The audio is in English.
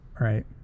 Right